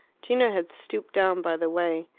gino had stooped down by the way,